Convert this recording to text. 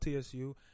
TSU